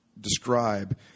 describe